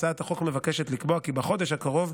הצעת החוק מבקשת לקבוע כי בחודש הקרוב,